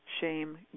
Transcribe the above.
shame